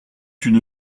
une